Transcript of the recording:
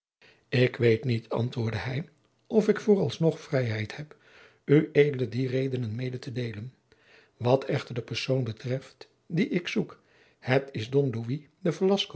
ik weet niet antwoordde hij of ik voor alsnog vrijheid heb ued die redenen mede te deelen wat echter de persoon betreft die ik zoek het is don